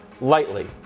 lightly